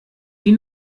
die